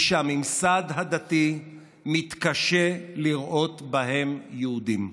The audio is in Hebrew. שהממסד הדתי מתקשה לראות בהם יהודים.